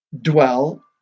dwell